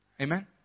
Amen